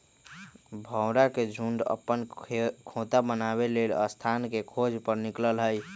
भौरा के झुण्ड अप्पन खोता बनाबे लेल स्थान के खोज पर निकलल हइ